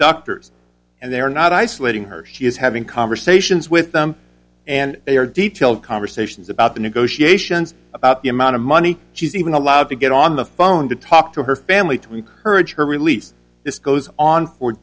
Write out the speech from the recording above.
uctors and they are not isolating her she is having conversations with them and they are detailed conversations about the negotiations about the amount of money she's even allowed to get on the phone to talk to her family to encourage her release this goes on for